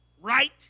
Right